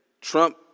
Trump